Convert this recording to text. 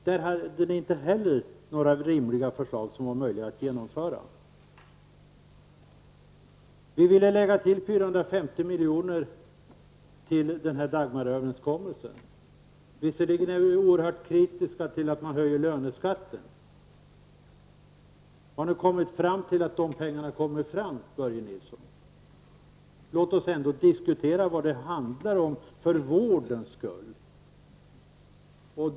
Där hade ni inte heller några rimliga förslag som var möjliga att genomföra. Vi ville lägga 450 miljoner till Dagmaröverenskommelsen. Visserligen är vi oerhört kritiska till att man höjer löneskatten, men har ni kommit fram till att de pengarna kommer fram, Börje Nilsson. Låt oss ändå diskutera vad det handlar om, för vårdens skull.